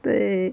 对